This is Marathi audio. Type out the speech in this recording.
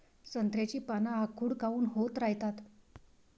संत्र्याची पान आखूड काऊन होत रायतात?